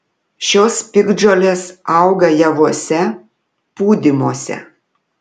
šios piktžolės auga javuose pūdymuose